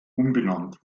umbenannt